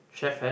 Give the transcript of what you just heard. Chef Hat